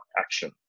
action